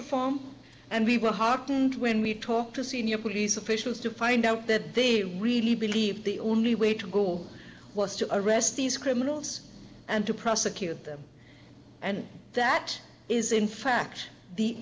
reform and we were heartened when we talked to senior police officials to find out that they really believe the only way to goal was to arrest these criminals and to prosecute them and that is in fact the